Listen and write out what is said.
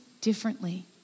differently